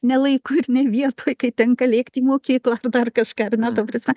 ne laiku ir ne vietoj kai tenka lėkt į mokyklą ar dar kažką ar ne ta prasme